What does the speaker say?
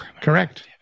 Correct